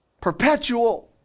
Perpetual